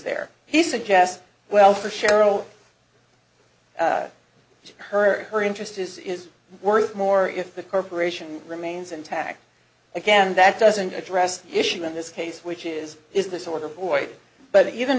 there he suggests well for cheryl her her interest is is worth more if the corporation remains intact again that doesn't address the issue in this case which is is the sort of boy but even